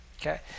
Okay